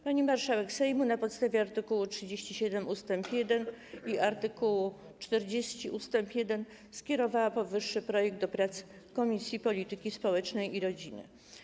Pani marszałek Sejmu, na podstawie art. 37 ust. 1 i art. 40 ust. 1, skierowała powyższy projekt do prac w Komisji Polityki Społecznej i Rodziny.